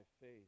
faith